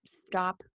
stop